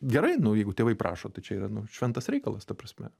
gerai nu jeigu tėvai prašo tai čia yra nu šventas reikalas ta prasme